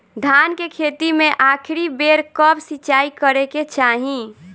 धान के खेती मे आखिरी बेर कब सिचाई करे के चाही?